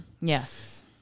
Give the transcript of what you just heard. Yes